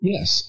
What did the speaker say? Yes